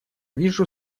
вижу